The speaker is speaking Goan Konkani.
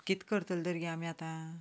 कितें करतलीं गे आमी आतां